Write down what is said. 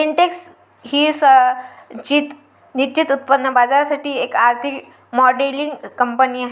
Intex ही संरचित निश्चित उत्पन्न बाजारासाठी एक आर्थिक मॉडेलिंग कंपनी आहे